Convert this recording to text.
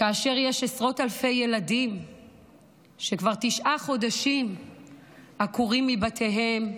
כאשר יש עשרות אלפי ילדים שכבר תשעה חודשים עקורים מבתיהם בצפון,